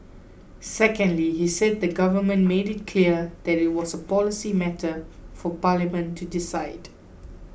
secondly he said the government made it clear that it was a policy matter for parliament to decide